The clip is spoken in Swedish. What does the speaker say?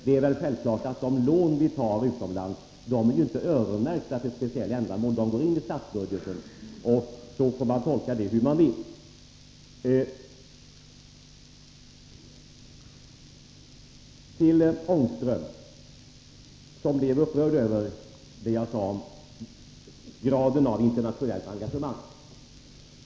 Det är väl självklart att de lån som vi tar utomlands inte är öronmärkta för ett speciellt ändamål utan går in i statsbudgeten. Sedan får man tolka detta hur man vill. Rune Ångström blev upprörd över vad jag sade om graden av internationellt engagemang.